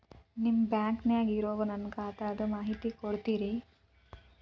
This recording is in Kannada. ನಿಮ್ಮ ಬ್ಯಾಂಕನ್ಯಾಗ ಇರೊ ನನ್ನ ಖಾತಾದ ಮಾಹಿತಿ ಕೊಡ್ತೇರಿ?